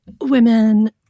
women